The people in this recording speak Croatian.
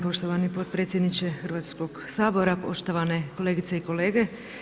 poštovani potpredsjedniče Hrvatskog sabora, poštovane kolegice i kolege.